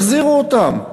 החזירו אותם.